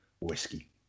whiskey